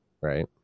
right